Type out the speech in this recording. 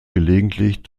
gelegentlich